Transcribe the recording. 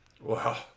Wow